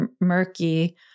murky